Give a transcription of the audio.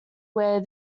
where